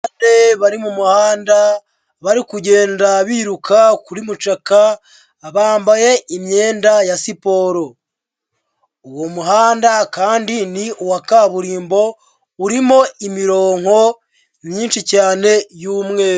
Abasore bari mu muhanda bari kugenda biruka kuri mucaka bambaye imyenda ya siporo uwo muhanda kandi ni uwa kaburimbo urimo imirongo myinshi cyane y'umweru.